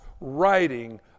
writing